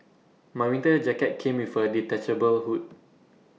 my winter jacket came with A detachable hood